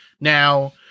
Now